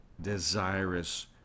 desirous